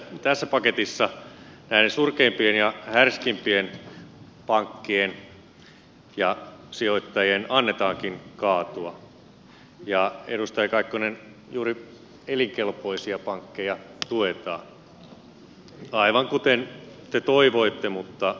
tässä paketissa näiden surkeimpien ja härskeimpien pankkien ja sijoittajien annetaankin kaatua ja edustaja kaikkonen juuri elinkelpoisia pankkeja tuetaan aivan kuten te toivoitte mutta toista luulitte